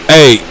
Hey